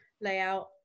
layout